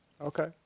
Okay